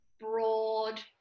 broad